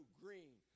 green